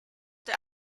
der